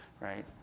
right